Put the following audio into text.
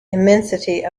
immensity